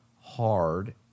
hard